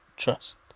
trust